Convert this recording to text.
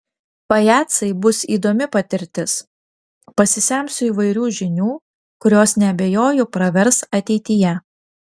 pajacai bus įdomi patirtis pasisemsiu įvairių žinių kurios neabejoju pravers ateityje